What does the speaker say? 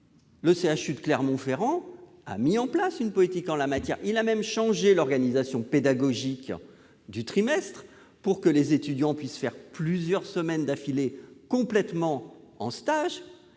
le CHU de Clermont-Ferrand a mis en place une politique en la matière et a même changé l'organisation pédagogique du trimestre afin que les étudiants puissent passer plusieurs semaines d'affilée en stage,